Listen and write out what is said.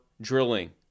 drilling